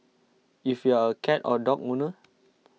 if you are a cat or dog owner